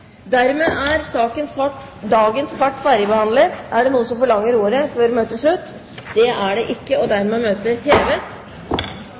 Dermed er dagens kart ferdigbehandlet. Forlanger noen ordet før møtet heves? – Møtet er